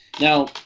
Now